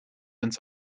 ins